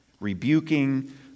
rebuking